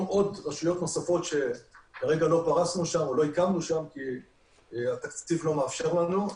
רשויות נוספות שכרגע לא פרסנו ולא הקמנו שם כי התקציב לא מאפשר לנו.